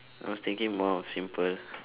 I was thinking more of simple